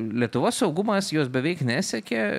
lietuvos saugumas jos beveik nesekė